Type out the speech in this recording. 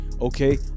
Okay